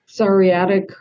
psoriatic